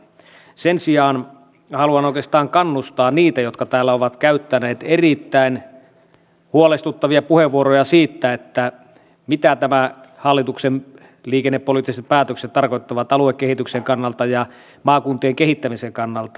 sen sijaan haluan oikeastaan kannustaa niitä jotka täällä ovat käyttäneet erittäin huolestuneita puheenvuoroja siitä mitä tämän hallituksen liikennepoliittiset päätökset tarkoittavat aluekehityksen kannalta ja maakuntien kehittämisen kannalta